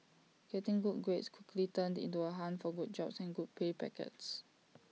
getting good grades quickly turned into the hunt for good jobs and good pay packets